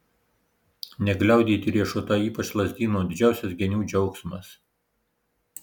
negliaudyti riešutai ypač lazdyno didžiausias genių džiaugsmas